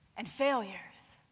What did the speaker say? and failures.